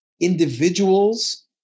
individuals